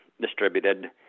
distributed